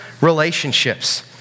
relationships